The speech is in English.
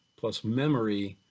plus memory,